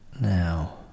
now